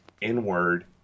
inward